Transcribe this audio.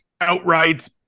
outright